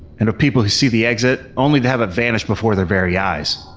and of people who see the exit, only to have a vanished before their very eyes.